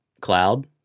cloud